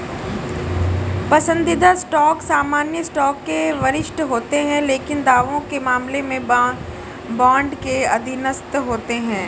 पसंदीदा स्टॉक सामान्य स्टॉक से वरिष्ठ होते हैं लेकिन दावों के मामले में बॉन्ड के अधीनस्थ होते हैं